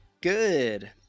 good